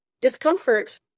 Discomfort